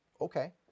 Okay